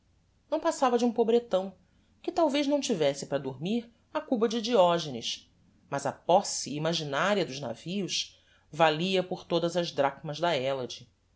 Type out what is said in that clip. não passava de um pobretão que talvez não tivesse para dormir a cuba de diogenes mas a posse imaginaria dos navios valia por todas as drachmas da